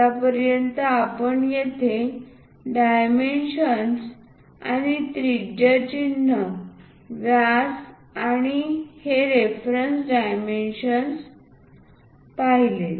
आत्तापर्यंत आपण येथे डायमेन्शन्स आणि त्रिज्या चिन्ह व्यास आणि ही रेफरन्स डायमेन्शन्स पहिले